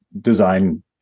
design